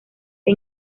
que